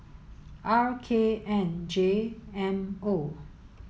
R K N J M O